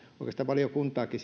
oikeastaan valiokuntaakin